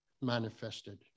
manifested